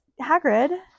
hagrid